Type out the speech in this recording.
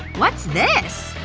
what's this?